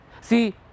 See